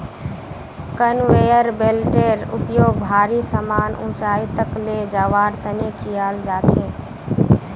conveyor बेल्टेर उपयोग भारी समान ऊंचाई तक ले जवार तने कियाल जा छे